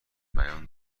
بیان